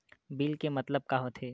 Bill के मतलब का होथे?